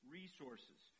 resources